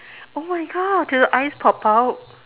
oh my god did the eyes pop out